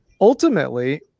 ultimately